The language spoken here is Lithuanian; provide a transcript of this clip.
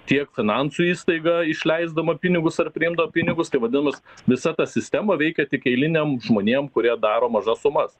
tiek finansų įstaiga išleisdama pinigus ar priimdavo pinigus tai vadinamas visa ta sistema veikia tik eiliniam žmonėm kurie daro mažas sumas